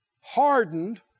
Hardened